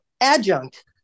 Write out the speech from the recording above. adjunct